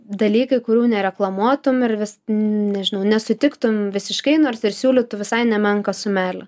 dalykai kurių nereklamuotum ir vis nežinau nesutiktum visiškai nors ir siūlytų visai nemenką sumelę